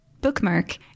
bookmark